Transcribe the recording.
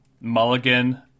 Mulligan